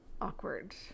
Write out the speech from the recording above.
awkward